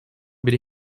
biri